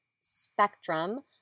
spectrum